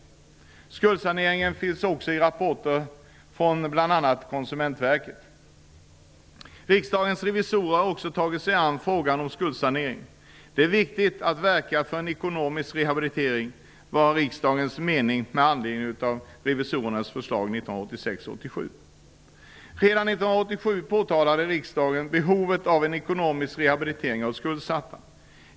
Skuldsaneringen finns också med i rapporter från bl.a. Konsumentverket. Riksdagens revisorer har också tagit sig an frågan om skuldsanering. Det är viktigt att verka för en ekonomisk rehabilitering, var riksdagens mening med anledning av revisorernas förslag 1986/87:7. Redan 1987 påtalade riksdagen behovet av en ekonomisk rehabilitering av skuldsatta.